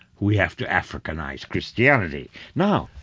we have to africanize christianity. no,